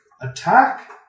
attack